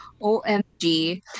OMG